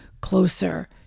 closer